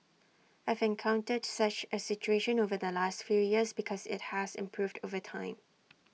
I've encountered such A situation over the last few years but IT has improved over time